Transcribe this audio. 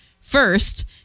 first